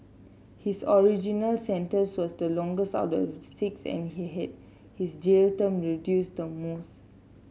his original sentence was the longest out of the six and he had his jail term reduced the most